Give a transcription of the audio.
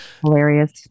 Hilarious